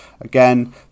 again